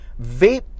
vape